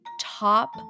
top